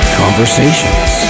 conversations